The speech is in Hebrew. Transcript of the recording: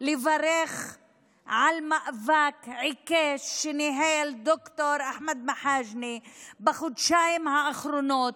לברך על מאבק עיקש שניהל ד"ר אחמד מחאג'נה בחודשיים האחרונים,